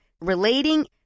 relating